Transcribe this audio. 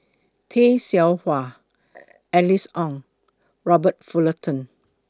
Tay Seow Huah Alice Ong Robert Fullerton